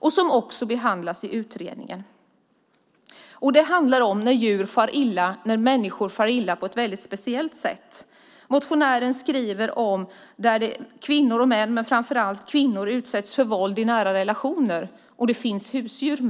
ämne, och det behandlas också i utredningen. Det handlar om när kvinnor och män utsätts för våld i nära relationer och det finns husdjur.